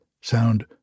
sound